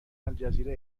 الجزیره